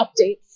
updates